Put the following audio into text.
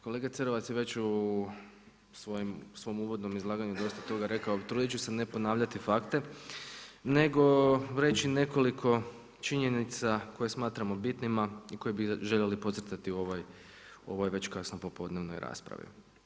Kolega Cerovac je već u svom uvodnom izlaganju dosta toga rekao ali trudit ću se ne ponavljati fakte nego reći nekoliko činjenica koje smatramo bitnima i koje bi željeli podcrtati u ovoj već kasno popodnevnoj raspravi.